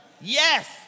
Yes